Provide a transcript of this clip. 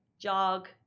jog